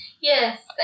Yes